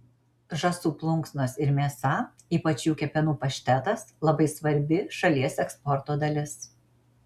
žąsų plunksnos ir mėsa ypač jų kepenų paštetas labai svarbi šalies eksporto dalis